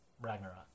Ragnarok